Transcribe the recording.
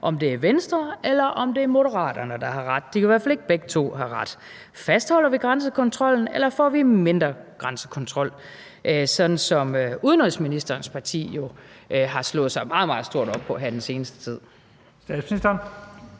om det er Venstre eller det er Moderaterne, der har ret. De kan i hvert fald ikke begge to have ret. Fastholder vi grænsekontrollen, eller får vi mindre grænsekontrol, sådan som udenrigsministerens parti jo har slået sig meget, meget stort op på her den seneste tid? Kl.